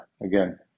again